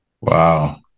Wow